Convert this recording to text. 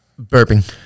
burping